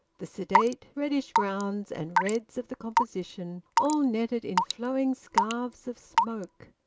the sedate reddish browns and reds of the composition, all netted in flowing scarves of smoke,